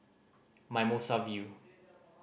Mimosa View